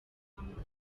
w’amavuko